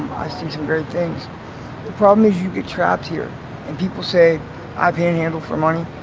see some great things. the problem is you get trapped here and people say i panhandled for money.